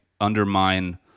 undermine